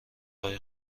های